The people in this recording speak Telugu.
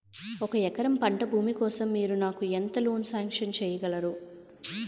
ఒక ఎకరం పంట భూమి కోసం మీరు నాకు ఎంత లోన్ సాంక్షన్ చేయగలరు?